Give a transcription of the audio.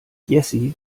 jessy